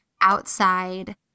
outside